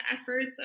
efforts